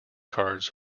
cards